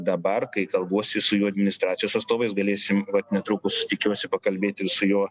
dabar kai kalbuosi su jo administracijos atstovais galėsim vat netrukus tikiuosi pakalbėti ir su jo